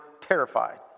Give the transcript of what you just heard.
terrified